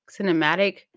Cinematic